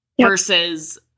versus